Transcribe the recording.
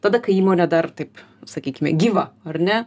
tada kai įmonė dar taip sakykime gyva ar ne